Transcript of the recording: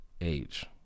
age